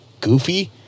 goofy